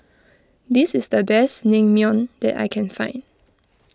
this is the best Naengmyeon that I can find